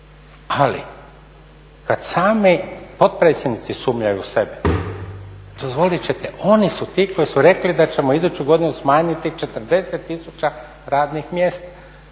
Ali, kad sami potpredsjednici sumnjaju u sebe dozvolit ćete oni su ti koji su rekli da ćemo iduću godinu smanjiti 40 tisuća radnih mjesta.